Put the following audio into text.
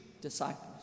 disciples